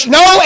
no